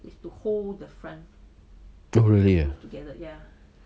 oh really ah